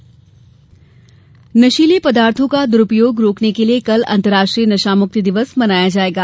नशामुक्ति दिवस नशीले पदार्थों का दुरूपयोग रोकने के लिए कल अंतर्राष्ट्रीय नशामुक्ति दिवस मनाया जायेगा